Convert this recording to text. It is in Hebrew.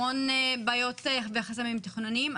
המון בעיות וחסמים תכנוניים,